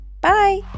bye